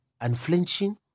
unflinching